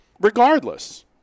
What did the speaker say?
Regardless